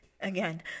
again